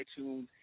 iTunes